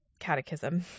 catechism